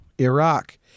Iraq